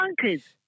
monkeys